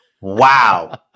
wow